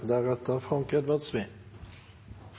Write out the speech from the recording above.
deretter